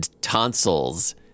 tonsils